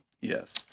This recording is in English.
Yes